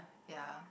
ya